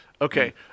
Okay